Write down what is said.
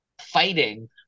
fighting